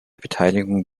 beteiligung